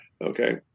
Okay